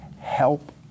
help